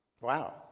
Wow